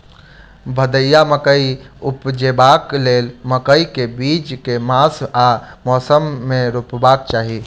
भदैया मकई उपजेबाक लेल मकई केँ बीज केँ मास आ मौसम मे रोपबाक चाहि?